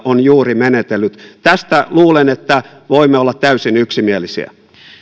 on juuri menetellyt tästä luulen että voimme olla täysin yksimielisiä